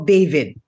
David